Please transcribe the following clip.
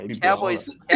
Cowboys